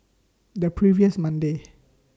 The previous Monday